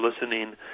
listening